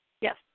Yes